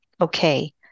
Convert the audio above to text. okay